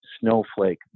Snowflake